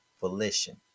volition